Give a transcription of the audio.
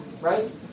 Right